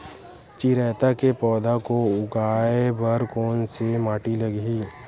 चिरैता के पौधा को उगाए बर कोन से माटी लगही?